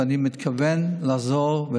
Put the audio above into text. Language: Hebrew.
ואני מתכוון לעזור להם,